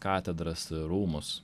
katedras rūmus